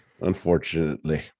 Unfortunately